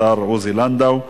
השר עוזי לנדאו.